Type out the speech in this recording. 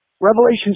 Revelation